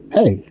Hey